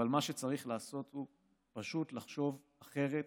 אבל מה שצריך לעשות הוא פשוט לחשוב אחרת,